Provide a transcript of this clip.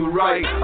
right